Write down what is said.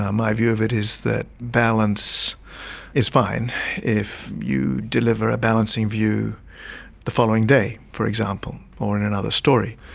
um my view of it is that balance is fine if you deliver a balancing view the following day, for example, or in another story.